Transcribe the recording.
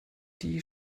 die